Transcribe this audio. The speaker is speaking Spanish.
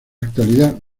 actualidad